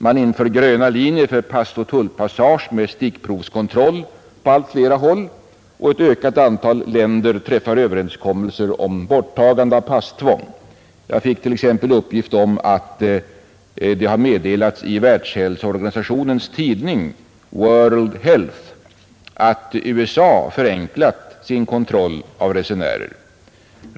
Man inför på allt flera håll gröna linjer för passoch tullpassage med stickprovskontroll, och ett ökat antal länder träffar överenskommelser om borttagande av passtvång. Jag fick t.ex. uppgift om att det i Världshälsoorganisationens tidning, World Health, har meddelats att USA förenklat sin kontroll av resenärer.